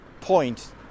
point